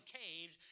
caves